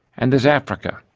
and there's africa,